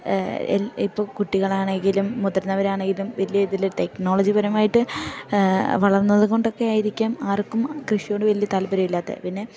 ഇപ്പോൾ കുട്ടികളാണെങ്കിലും മുതിർന്നവരാണെങ്കിലും വലിയ ഇതിൽ ടെക്നോളജി പരമായിട്ട് വളർത്തുന്നതു കൊണ്ടൊക്കെ ആയിരിക്കാം ആർക്കും കൃഷിയോട് വലിയ താല്പര്യമില്ലാത്തത് പിന്നെ